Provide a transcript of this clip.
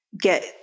get